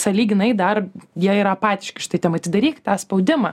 sąlyginai dar jie yra apatiški šitai temai atidaryk tą spaudimą